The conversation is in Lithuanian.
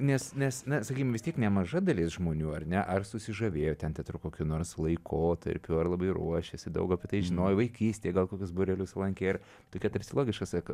nes nes na sakykim vis tiek nemaža dalis žmonių ar ne ar susižavėjo ten teatru kokiu nors laikotarpiu ar labai ruošėsi daug apie tai žinojo vaikystėje gal kokius būrelius lankė ir tokia tarsi logiška seka